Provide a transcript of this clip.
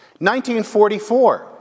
1944